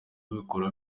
ubikora